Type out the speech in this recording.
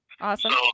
Awesome